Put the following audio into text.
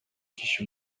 киши